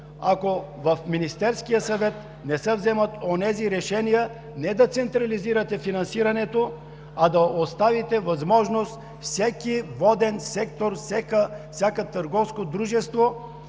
ако в Министерския съвет не се вземат онези решения не да централизирате финансирането, а да оставите възможност всеки воден сектор, всяко търговско дружество